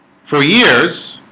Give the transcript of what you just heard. for years